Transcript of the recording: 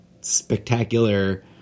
spectacular